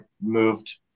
moved